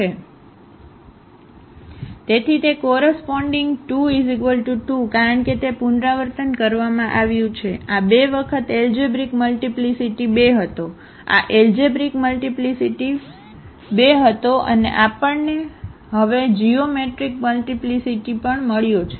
તેથી તે કોરસપોન્ડીગ 2 2 કારણ કે તે પુનરાવર્તન કરવામાં આવ્યું છે આ 2 વખત એલજેબ્રિક મલ્ટીપ્લીસીટી 2 હતો આ એલજેબ્રિક મલ્ટીપ્લીસીટી 2 હતો અને આપણને હવે જીઓમેટ્રિક મલ્ટીપ્લીસીટી પણ મળ્યો છે